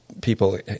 people